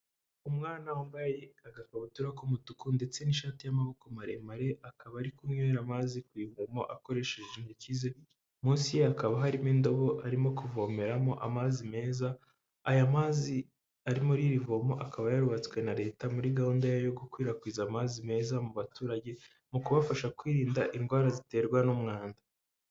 Umwana wambaye agakabutura k'umutuku ndetse n'ishati y'amaboko maremare akaba ari kunywera amazi ku ivomo akoresheje intoki ze, munsi ye hakaba harimo indabo arimo kuvomeramo amazi meza, aya mazi ari murir’ivomo akaba yarubatswe na leta muri gahunda yo gukwirakwiza amazi meza mu baturage, mu kubafasha kwirinda indwara ziterwa n'umwanda.